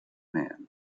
man